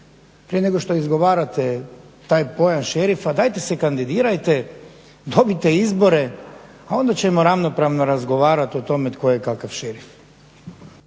Prije nego što izgovarate taj pojam šerifa, dajte se kandidirajte, dobijete izbore a onda ćemo ravnopravno razgovarati o tome tko je kakav šerif.